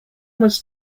was